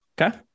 Okay